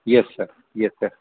yes sir yes sir